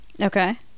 okay